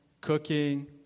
cooking